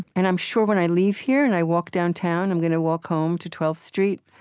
and i'm sure when i leave here, and i walk downtown i'm going to walk home to twelfth street